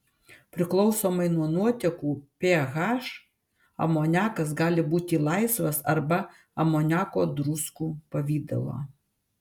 priklausomai nuo nuotekų ph amoniakas gali būti laisvas arba amoniako druskų pavidalo